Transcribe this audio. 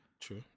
True